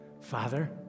Father